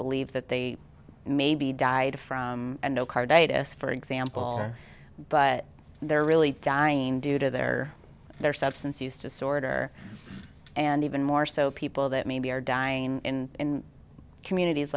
believe that they maybe died from endocarditis for example but they're really dying due to their their substance use disorder and even more so people that maybe are dying in communities